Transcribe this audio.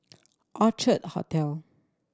Orchard Hotel